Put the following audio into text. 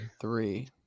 three